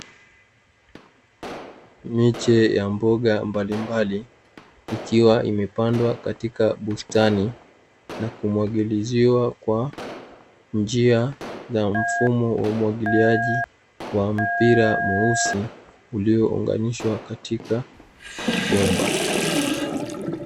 Miche ya mboga mbalimbali, ikiwa imepandwa katika bustani na kumwagiliziwa, kwa njia ya mfumo wa umwagiliaji wa mpira mweusi uliounganishwa katika bomba.